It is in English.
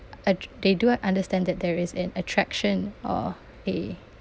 adre~ they do understand that there is an attraction or a